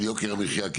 על יוקר המחיה.